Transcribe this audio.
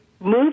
Move